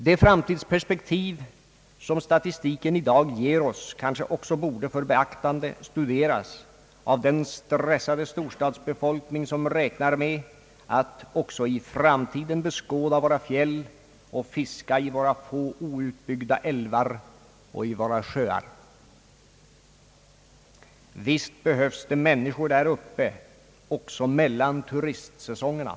De framtidsperspektiv som statistiken i dag ger oss kanske också borde, för beaktande, studeras av den stressade storstadsbefolkning som räknar med att också i framtiden beskåda våra fjäll och fiska i våra få outbyggda älvar och i våra sjöar. Visst behövs det människor där uppe också mellan »turistsäsongerna».